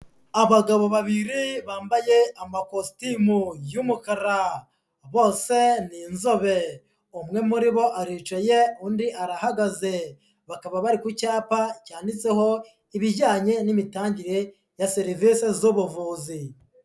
Abagabo babiri bambaye amakositimu y'umukara, bose ni inzobere, umwe muri bo aricaye, undi arahagaze, bakaba bari ku cyapa cyanditseho ibijyanye n'imitangire ya serivisi z'ubuvuzi.